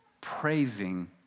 praising